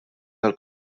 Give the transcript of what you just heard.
għall